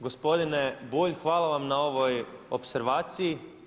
Gospodine Bulj, hvala vam na ovoj opservaciji.